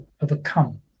overcome